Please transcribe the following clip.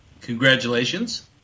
congratulations